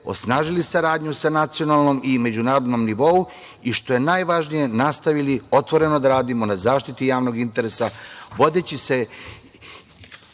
osnažili saradnju na nacionalnom i međunarodnom nivou i, što je najvažnije, nastavili otvoreno da radimo na zaštiti javnog interesa.